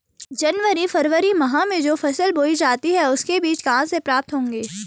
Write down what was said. जनवरी फरवरी माह में जो फसल बोई जाती है उसके बीज कहाँ से प्राप्त होंगे?